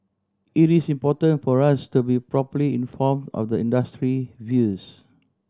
it is important for us to be properly informed of the industry views